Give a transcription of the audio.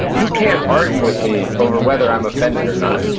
you can't argue with me over whether i'm offended or not,